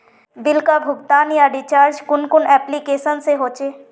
Bill का भुगतान या रिचार्ज कुन कुन एप्लिकेशन से होचे?